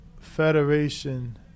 Federation